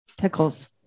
tickles